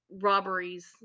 robberies